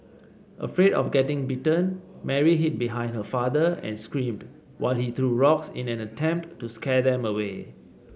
afraid of getting bitten Mary hid behind her father and screamed while he threw rocks in an attempt to scare them away